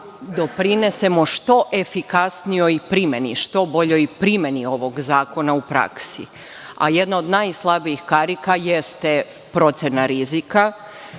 doprinesemo što efikasnijoj primeni, što boljoj primeni ovog zakona u praksi. Jedna od najslabijih karika jeste procena rizika. Zato